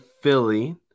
Philly